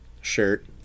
shirt